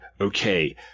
okay